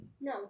No